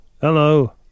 Hello